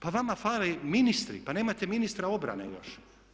Pa vama fale ministri, pa nemate ministra obrane još.